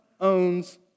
owns